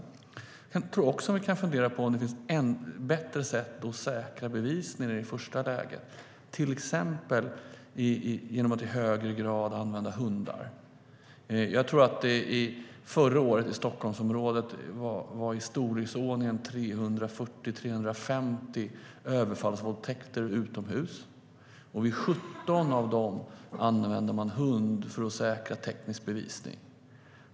Jag tror också att vi kan fundera på om det finns bättre sätt att säkra bevisning i det första läget, till exempel genom att i högre grad använda hundar. Jag tror att det i Stockholmsområdet anmäldes i storleksordningen 340-350 överfallsvåldtäkter utomhus förra året, och vid 17 av dem använde man hund för att säkra teknisk bevisning.